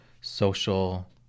social